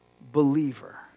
believer